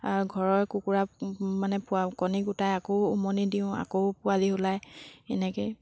ঘৰৰ কুকুৰা মানে কণী গোটাই আকৌ উমনি দিওঁ আকৌ পোৱালি ওলায় এনেকৈ